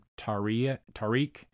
Tariq